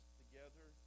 together